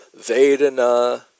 vedana